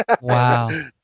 Wow